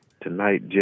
tonight